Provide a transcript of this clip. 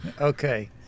Okay